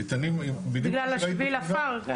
בגלל שביל העפר.